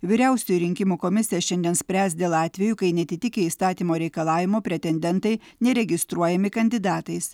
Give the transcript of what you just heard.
vyriausioji rinkimų komisija šiandien spręs dėl atvejų kai neatitikę įstatymo reikalavimo pretendentai neregistruojami kandidatais